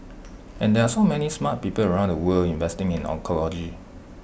and there are so many smart people around the world investing in oncology